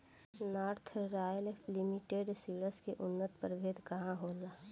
North Royal Limited Seeds के उन्नत प्रभेद का होला?